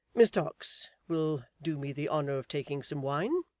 miss tox will do me the honour of taking some wine?